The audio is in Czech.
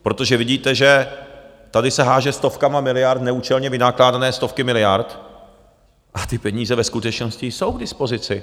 Protože vidíte, že tady se hází stovkami miliard, neúčelně vynakládané stovky miliard a ty peníze ve skutečnosti jsou k dispozici.